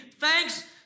thanks